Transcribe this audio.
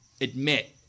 admit